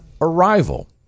arrival